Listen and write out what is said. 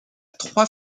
trois